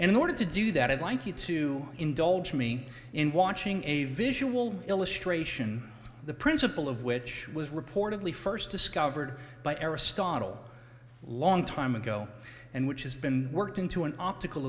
do in order to do that i'd like you to indulge me in watching a visual illustration the principle of which was reportedly first discovered by aristotle long time ago and which has been worked into an optical